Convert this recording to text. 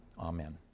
amen